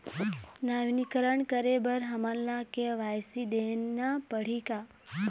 नवीनीकरण करे बर हमन ला के.वाई.सी देना पड़ही का?